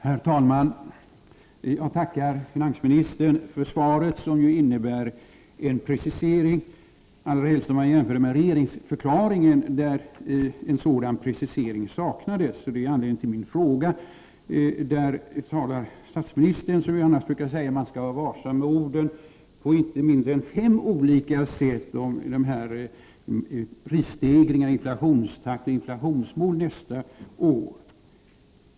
Herr talman! Jag tackar finansministern för svaret, som innebär en precisering — allra helst om man jämför med regeringsförklaringen, där en sådan precisering saknades. Det var också anledningen till min fråga. I regeringsförklaringen talar statsministern — som annars brukar säga att man skall vara varsam med orden — på inte mindre än fem olika sätt om prisstegringar, inflationstakt och inflationsmål nästa år.